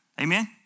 Amen